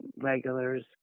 regulars